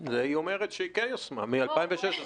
היא אומרת שכן יושמה, מ-2016.